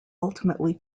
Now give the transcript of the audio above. ultimately